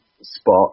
spot